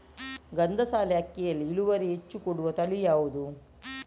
ಗಂಧಸಾಲೆ ಅಕ್ಕಿಯಲ್ಲಿ ಇಳುವರಿ ಹೆಚ್ಚು ಕೊಡುವ ತಳಿ ಯಾವುದು?